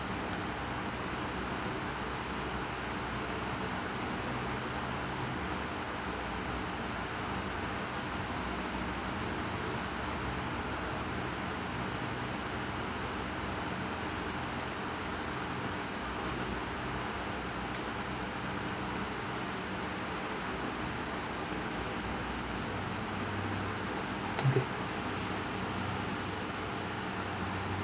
think it